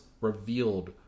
revealed